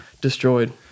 destroyed